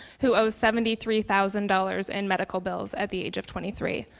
who owed seventy three thousand dollars in medical bills at the age of twenty three.